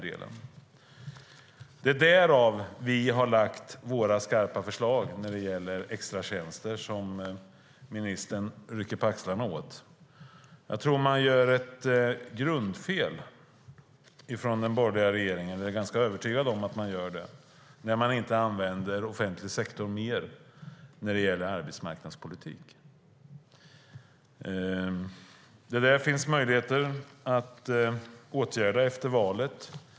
Det är därför vi har lagt fram våra skarpa förslag om extratjänster som ministern rycker på axlarna åt. Jag är ganska övertygad om att man gör ett grundfel från den borgerliga regeringen när man inte använder offentlig sektor mer i arbetsmarknadspolitiken. Det finns möjligheter att åtgärda det efter valet.